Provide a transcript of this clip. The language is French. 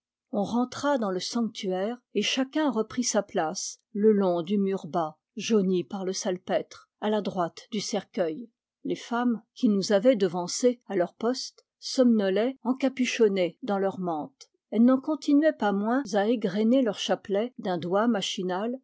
on rentra dans le sanctuaire et chacun reprit sa place le long du mur bas jauni par le salpêtre à la droite du cercueil les femmes qui nous avaient devancés à leur poste somnolaient encapuchonnées dans leurs mantes elles n'en continuaient pas moins à égrener leurs chapelets d'un doigt machinal